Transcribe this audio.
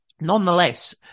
nonetheless